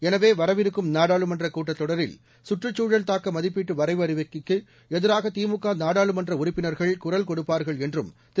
எனவே வரவிருக்கும் நாடாளுமன்ற கூட்டத் தொடரில் சுற்றுச் சூழல் தாக்க மதிப்பீட்டு வரைவு அறிவிக்கைக்கு எதிராக திமுக நாடாளுமன்ற உறுப்பினர்கள் குரல் கொடுப்பார்கள் என்றும் திரு